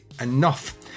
enough